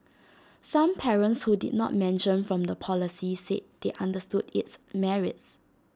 some parents who did not mention from the policy said they understood its merits